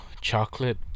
chocolate